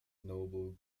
noble